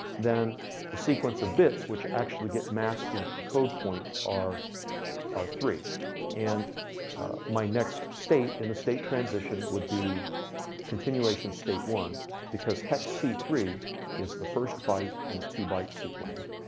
then the sequence of bits, which actually get masked into the code point, are are three and my next state in the state transition would be continuation state one because hex c three is the first byte in a two byte sequence.